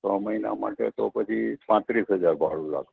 છ મહિના માટે તો પછી પાંત્રીસ હજાર ભાડું લાગશે